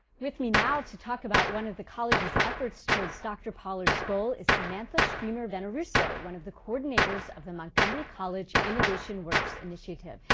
with me now to talk about one of the college's efforts towards dr pollard's goal is samantha streamer veneruso, one of the coordinators of the montgomery college innovation works initiative.